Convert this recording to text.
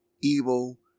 evil